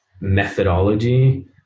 methodology